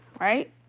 Right